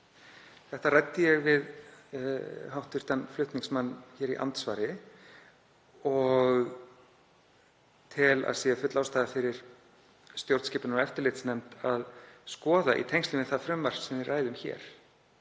Þetta ræddi ég við hv. flutningsmann í andsvari og tel að sé full ástæða fyrir stjórnskipunar- og eftirlitsnefnd að skoða í tengslum við það frumvarp sem við ræðum hér